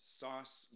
sauce